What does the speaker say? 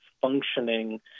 functioning